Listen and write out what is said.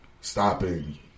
stopping